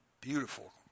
beautiful